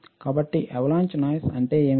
కాబట్టి avalanche noise అంటే ఏమిటి